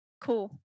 Cool